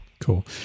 Cool